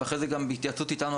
ואחרי זה גם בהתייעצות איתנו,